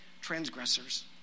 transgressors